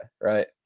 right